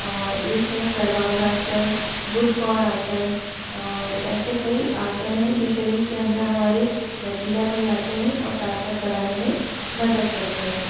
और एक है सर्वांगासन बुद्ध कौणासन और ऐसे कई आसन हैं जो शरीर के अंदर हमारे लचीलापन लाते हैं और ताकत बढ़ाने में मदद करते हैं